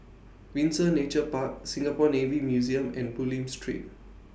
Windsor Nature Park Singapore Navy Museum and Bulim Street